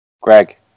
Greg